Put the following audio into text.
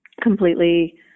completely